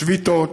שביתות